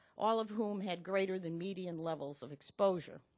all of whom had greater than median levels of exposure,